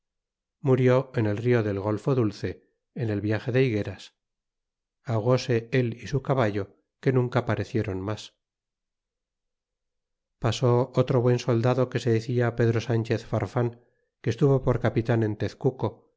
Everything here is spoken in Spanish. murió en el rio del golfo dulce en el viaje de higueras ahogóse el é su caballo que nunca parecieron mas pasó otro buen soldado que se decia pedro sanchez farfan que estuvo por capitan en tezcuco